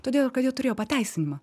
todėl kad jie turėjo pateisinimą